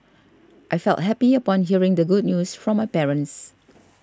I felt happy upon hearing the good news from my parents